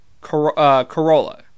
Corolla